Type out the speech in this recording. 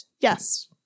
yes